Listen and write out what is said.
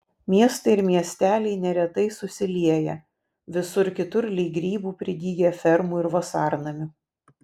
miestai ir miesteliai neretai susilieję visur kitur lyg grybų pridygę fermų ir vasarnamių